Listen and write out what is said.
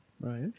Right